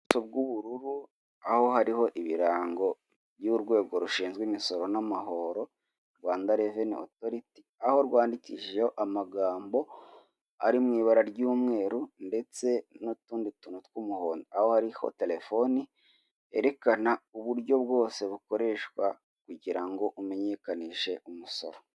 Ubuso bw'ubururu, aho hariho ibirango y'urwego rushinzwe imisoro n'amahoro Rwanda Revenue Authority, aho rwandikishijeho amagambo ari mu ibara ry'umweru, ndetse n'utundi tuntu tw'umuhondo, aho hariho telefoni, yerekana uburyo bwose bukoreshwa kugira ngo umenyekanishe umusoro.